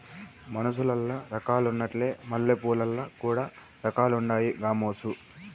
మనుసులల్ల రకాలున్నట్లే మల్లెపూలల్ల కూడా రకాలుండాయి గామోసు